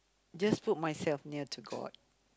just put myself near to god